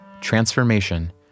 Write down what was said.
transformation